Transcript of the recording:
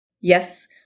Yes